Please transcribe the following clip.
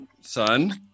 Son